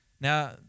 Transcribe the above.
Now